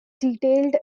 detailed